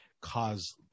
cause